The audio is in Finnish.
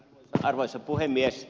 arvoisa puhemies